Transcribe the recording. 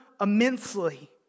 immensely